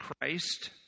Christ